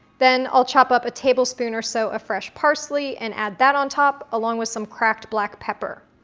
then i'll chop up a tablespoon or so of fresh parsley and add that on top, along with some cracked black pepper.